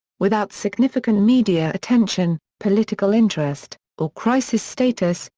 without significant media attention, political interest, or crisis status,